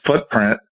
footprint